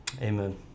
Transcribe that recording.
Amen